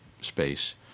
space